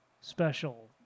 Special